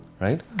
right